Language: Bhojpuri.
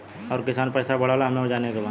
और कितना पैसा बढ़ल बा हमे जाने के बा?